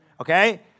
Okay